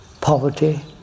poverty